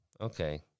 Okay